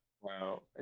Wow